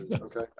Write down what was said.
Okay